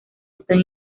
están